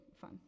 fun